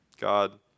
God